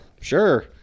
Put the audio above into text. Sure